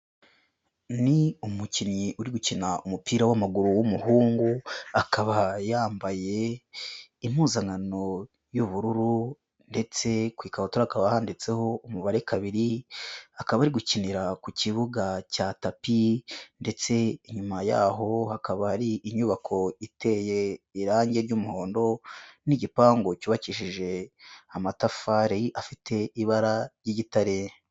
Ni umukinnyi uri gukina umupira w'amaguru w'umuhungu, akaba yambaye impuzankano y'ubururu ndetse ku ikabutura hakaba handitseho umubare kabiri, akaba gukinira ku kibuga cya tapi ndetse inyuma yaho hakaba hari inyubako, iteye irangi ry'umuhondo n'igipangu cyubakishije amatafari afite ibara ry'igitare.